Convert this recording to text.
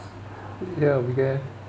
ya yeah